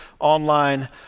online